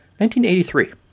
1983